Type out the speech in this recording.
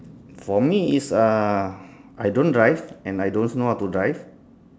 for me is uh I don't drive and I don't know how to drive